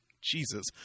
Jesus